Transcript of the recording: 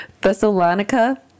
Thessalonica